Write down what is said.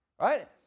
Right